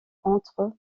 entre